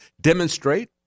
demonstrate